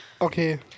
Okay